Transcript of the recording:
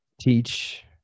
teach